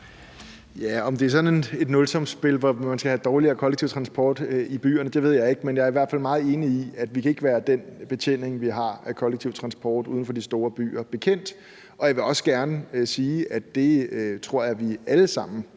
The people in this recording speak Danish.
Om det er sådan et nulsumsspil, hvor man skal have dårligere kollektiv transport i byerne, ved jeg ikke. Men jeg er i hvert fald meget enig i, at vi ikke kan være den betjening, vi har af kollektiv transport uden for de store byer, bekendt. Jeg vil også gerne sige, at det tror jeg vi alle sammen